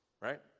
right